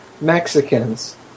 Mexicans